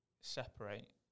separate